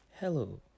Hello